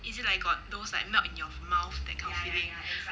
is it like got those like melt in your mouth that kind of feeling